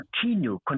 continue